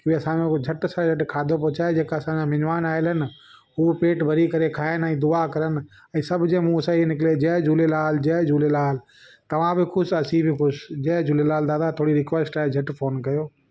की भई असांजो हूं झटि सां झटि खाधो पहुचाए जेका असांजा मिजमान आयल आहिनि उहे पेट भरे करे खाइनि ऐं दुआ करनि ऐं सभ जे मुंह सां ई निकले जय झूलेलाल जय झूलेलाल तव्हां बि ख़ुशि असां बि ख़ुशि जय झूलेलाल दादा थोरी रिक्वेस्ट आहे झटि फ़ोन कयो